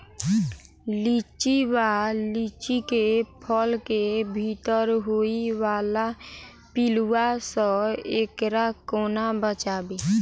लिच्ची वा लीची केँ फल केँ भीतर होइ वला पिलुआ सऽ एकरा कोना बचाबी?